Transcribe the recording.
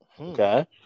Okay